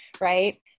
Right